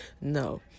No